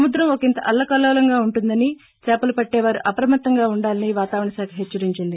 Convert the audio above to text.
సముద్రం ఒకింత అల్లా కల్లోమగా ఉంటుందని చేపలు పట్టేవారు అప్రమత్తంగా ఉండాలని వాతావరణ శాఖ హెచ్చరించింది